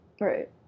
Right